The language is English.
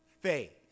faith